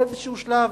באיזה שלב,